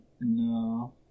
No